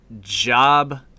job